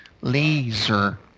laser